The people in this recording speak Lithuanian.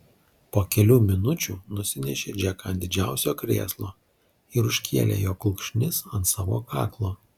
po kelių minučių nusinešė džeką ant didžiulio krėslo ir užkėlė jo kulkšnis ant savo kaklo